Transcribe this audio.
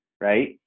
right